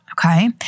okay